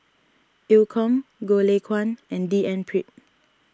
Eu Kong Goh Lay Kuan and D N Pritt